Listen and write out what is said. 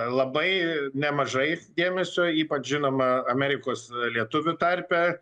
labai nemažai dėmesio ypač žinoma amerikos lietuvių tarpe